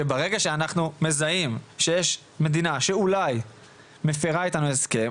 שברגע שאנחנו מזהים שיש מדינה שאולי מפרה איתנו הסכם,